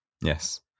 yes